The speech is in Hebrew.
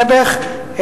נעבעך,